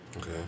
okay